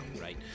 right